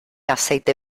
aceite